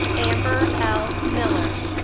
amber l. miller.